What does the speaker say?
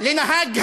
לנהג המונית,